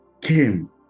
came